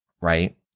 right